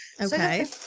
okay